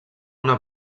una